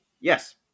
Yes